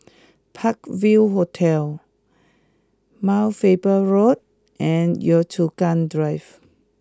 Park View Hotel Mount Faber Road and Yio Chu Kang Drive